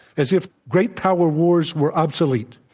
as if great power wars were obsolete.